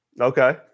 Okay